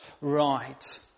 right